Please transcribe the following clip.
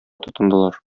тотындылар